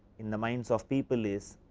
in the minds of people is,